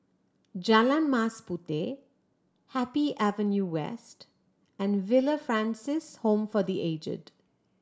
Jalan Mas Puteh Happy Avenue West and Villa Francis Home for The Aged